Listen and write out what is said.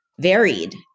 varied